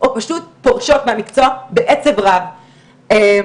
או פשוט פורשות מהמקצוע בעצב רב.